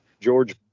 George